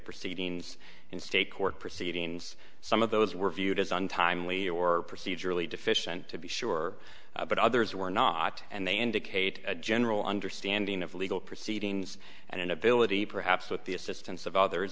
proceedings in state court proceedings some of those were viewed as untimely or procedurally deficient to be sure but others were not and they indicate a general understanding of legal proceedings and inability perhaps with the assistance of others